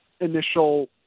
initial